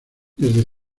desde